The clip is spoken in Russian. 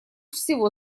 всего